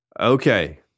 Okay